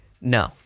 no